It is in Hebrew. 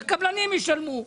שהקבלנים ישלמו.